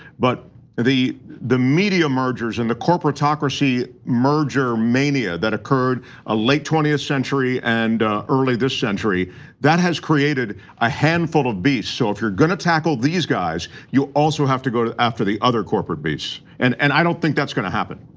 but the the media mergers and the corporatocracy merger mania that occurred ah late twentieth century and early this century that has created a handful of beasts, so if you're gonna tackle these guys. you also have to go after the other corporate beasts and and i don't think that's gonna happen.